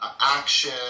action